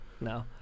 No